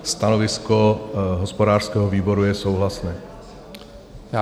Stanovisko hospodářského výboru je souhlasné.